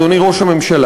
אדוני ראש הממשלה,